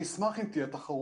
אני אשמח אם תהיה תחרות,